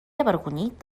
avergonyit